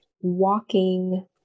walking